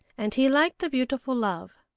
and he like the beautiful love.